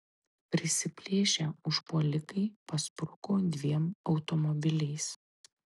prisiplėšę užpuolikai paspruko dviem automobiliais